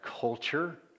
culture